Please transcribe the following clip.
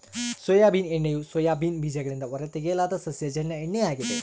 soybean ಎಣ್ಣೆಯು soybean ಬೀಜಗಳಿಂದ ಹೊರತೆಗೆಯಲಾದ ಸಸ್ಯಜನ್ಯ ಎಣ್ಣೆ ಆಗಿದೆ